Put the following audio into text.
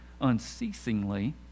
unceasingly